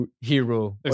hero